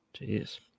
Jeez